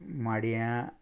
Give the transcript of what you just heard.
मडयां